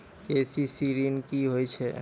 KCC ॠन की होय छै?